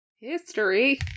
History